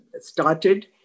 started